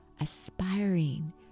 aspiring